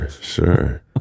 sure